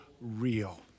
real